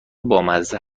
بامزه